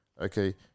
okay